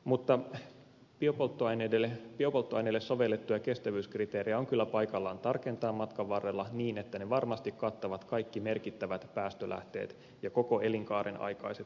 mutta biopolttoaineille sovellettuja kestävyyskriteerejä on kyllä paikallaan tarkentaa matkan varrella niin että ne varmasti kattavat kaikki merkittävät päästölähteet ja koko elinkaaren aikaiset päästöt